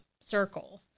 circle